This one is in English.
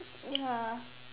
ya